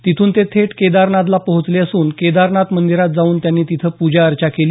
तिथून ते थेट केदारनाथला पोहचले असून केदारनाथ मंदिरात जाऊन त्यांनी तिथं पूजा अर्चा केली